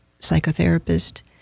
psychotherapist